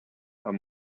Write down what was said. are